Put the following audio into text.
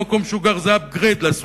המקום שהוא גר זה upgrade לסוויטה,